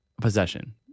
possession